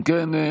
אם כן,